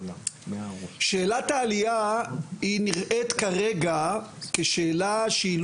שאלת העלייה נראית כרגע כשאלה שאינה